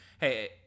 hey